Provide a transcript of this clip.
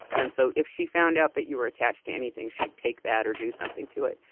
and so if she found out that you were attached to anything, she'd take that or do something to it.